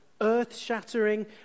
earth-shattering